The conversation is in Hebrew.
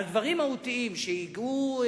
על דברים מהותיים שייגעו,